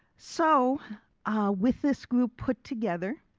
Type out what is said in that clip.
so with this group put together,